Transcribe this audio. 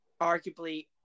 arguably